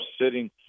sitting